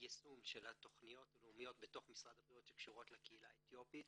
יישום של התכניות הלאומיות בתוך משרד הבריאות שקשורות לקהילה האתיופית,